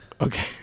okay